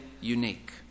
unique